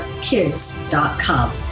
kids.com